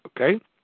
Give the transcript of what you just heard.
Okay